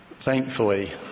Thankfully